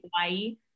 Hawaii